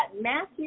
Matthew